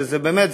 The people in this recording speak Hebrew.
ובאמת,